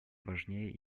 важнее